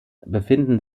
befinden